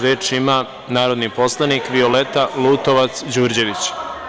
Reč ima narodni poslanik Violeta Lutovac Đurđević.